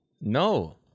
No